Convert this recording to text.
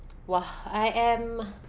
!wah! I am